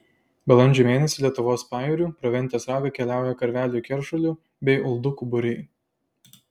balandžio mėnesį lietuvos pajūriu pro ventės ragą keliauja karvelių keršulių bei uldukų būriai